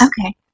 Okay